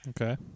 okay